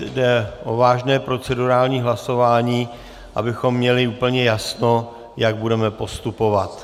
Jde o vážné procedurální hlasování, abychom měli úplně jasno, jak budeme postupovat.